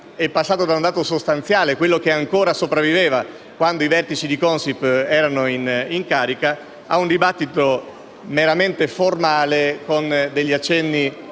è passato da essere un dibattito sostanziale (quello che ancora sopravviveva quando i vertici di Consip erano in carica) a un dibattito meramente formale, con degli accenni